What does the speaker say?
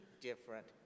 different